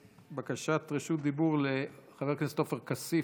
בקשת רשות דיבור לחבר הכנסת עופר כסיף,